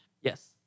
Yes